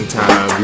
time